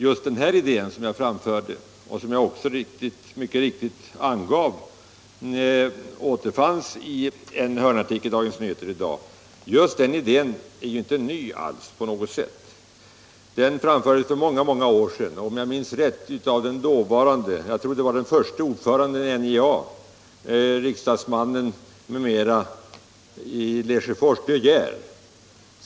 Just den idén som jag framförde, och som jag mycket riktigt angav återfanns i en hörnartikel i Dagens Nyheter i dag, är emellertid inte ny på något sätt. Den framfördes för många år sedan, om jag minns rätt av den dåvarande — jag tror förste — ordföranden i NJA, riksdagsmannen m.m. i Lesjöfors De Geer.